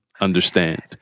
understand